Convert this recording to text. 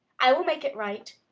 i will make it right.